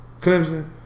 Clemson